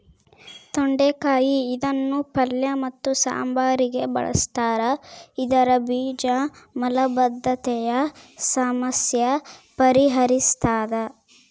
ತೊಂಡೆಕಾಯಿ ಇದನ್ನು ಪಲ್ಯ ಮತ್ತು ಸಾಂಬಾರಿಗೆ ಬಳುಸ್ತಾರ ಇದರ ಬೀಜ ಮಲಬದ್ಧತೆಯ ಸಮಸ್ಯೆ ಪರಿಹರಿಸ್ತಾದ